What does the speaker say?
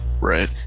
Right